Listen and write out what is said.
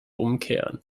umkehren